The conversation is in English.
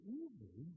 easy